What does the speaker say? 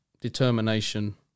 determination